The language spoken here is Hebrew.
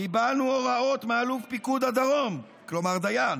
"קיבלנו הוראות מאלוף פיקוד הדרום" כלומר דיין,